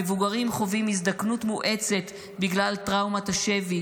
המבוגרים חווים הזדקנות מואצת בגלל טראומת השבי,